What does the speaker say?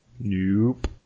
Nope